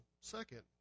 second